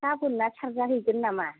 गाबोन ना सारजाहैगोन नामा